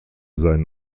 seinen